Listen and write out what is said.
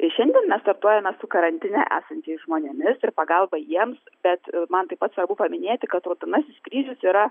šiandien mes startuojame su karantine esančiais žmonėmis ir pagalba jiems bet man taip pat svarbu paminėti kad raudonasis kryžius yra